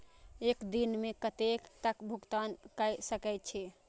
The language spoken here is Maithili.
एक दिन में कतेक तक भुगतान कै सके छी